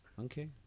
Okay